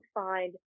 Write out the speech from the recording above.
find